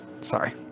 sorry